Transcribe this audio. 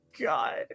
God